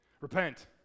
repent